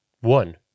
one